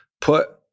put